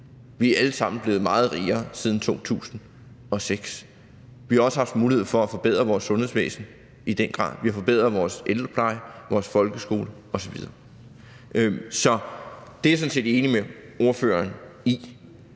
Vi er alle sammen blevet meget rigere siden 2006. Vi har også i høj grad haft mulighed for at forbedre vores sundhedsvæsen, og vi har forbedret vores ældrepleje, folkeskole osv. Så det er jeg sådan set enig med ordføreren i.